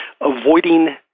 Avoiding